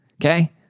Okay